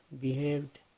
behaved